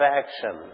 action